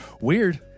weird